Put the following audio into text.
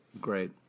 Great